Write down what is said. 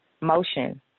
motion